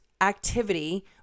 activity